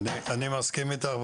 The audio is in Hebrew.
אני מסכים איתך.